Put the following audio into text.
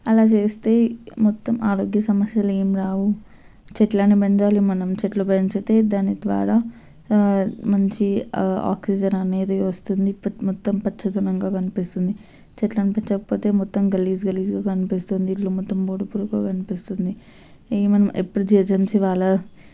అలా చేస్తే మొత్తం ఆరోగ్య సమస్యలు ఏం రావు చెట్లని పెంచాలి మనం చెట్లు పెంచితే దాని ద్వారా మంచి ఆక్సిజన్ అనేది వస్తుంది మొత్తం పచ్చదనంగా కనిపిస్తుంది చెట్లని పెంచకపోతే మొత్తం గలీజ్ గలీజ్గా కనిపిస్తుంది ఇల్లు మొత్తం ముడుపులుగా కనిపిస్తుంది ఏమన్నా ఎప్పుడు జిహెచ్ఎంసి వాళ్ళు